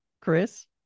Chris